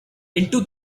into